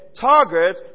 target